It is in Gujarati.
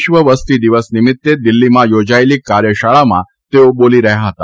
વિશ્વ વસ્તી દિવસ નીમીત્તે દિલ્હીમાં યોજાયેલી કાર્યશાળામાં તેઓ બોલી રહ્યા હતા